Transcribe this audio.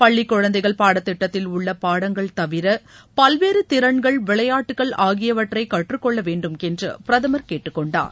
பள்ளிக் குழந்தைகள் பாடத்திட்டத்தில் உள்ள பாடங்கள் தவிர பல்வேறு திறன்கள் விளையாட்டுகள் ஆகியவற்றை கற்றுக்கொள்ள வேண்டும் என்று பிரதமர் கேட்டுக்கொண்டார்